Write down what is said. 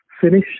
finish